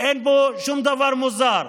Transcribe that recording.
אין פה שום דבר מוזר.